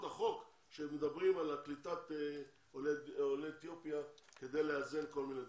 החוק שמדבר על קליטת עולי אתיופיה כדי לאזן כל מיני דברים.